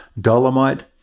Dolomite